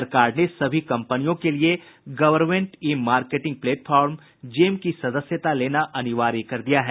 सरकार ने सभी कंपनियों के लिए government e marketing platform GeM की सदस्यता लेना अनिवार्य कर दिया है